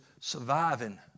surviving